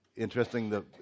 Interesting